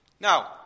Now